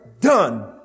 done